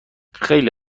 خیلی